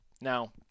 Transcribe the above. Now